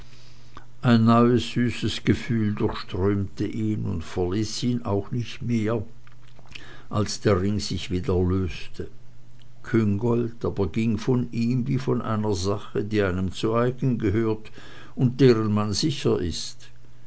ein neues süßes gefühl durchströmte ihn und verließ ihn auch nicht mehr als der ring sich wieder löste küngolt aber ging von ihm wie von einer sache die einem zu eigen gehört und deren man sicher ist